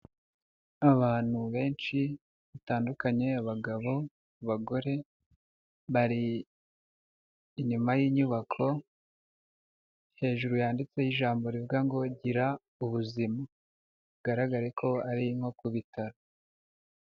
Abantu benshi batandukanye abagabo, bagore. Bari inyuma yinyubako hejuru yanditseho ijambo rivuga ngo "Gira ubuzima" bigaragare ko ari nko ku ibitaro.